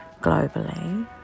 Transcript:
globally